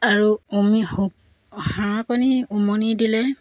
আৰু উমি হওক হাঁহ কণী উমনি দিলে